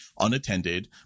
unattended